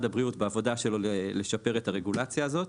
הבריאות בעבודה שלו לשפר את הרגולציה הזאת.